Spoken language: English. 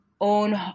own